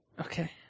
Okay